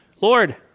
Lord